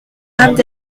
abd